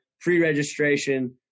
Pre-registration